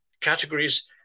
categories